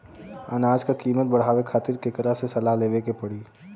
अनाज क कीमत बढ़ावे खातिर केकरा से सलाह लेवे के पड़ी?